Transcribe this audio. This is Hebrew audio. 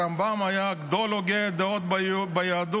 רמב"ם היה גדול הוגי הדעות ביהדות,